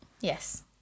Yes